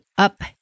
up